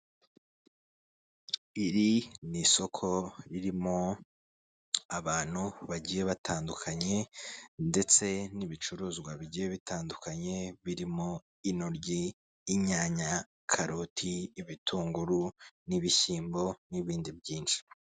Iri ni isoko ririmo abantu bagiye batandukanye ndetse n'ibicuruzwa bigiye bitandukanye birimo intoryi, inyanya, karoti, ibitunguru n'ibishyimbo n'ibindi byinshi.